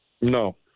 No